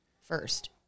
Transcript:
first